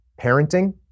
parenting